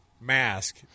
mask